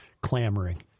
clamoring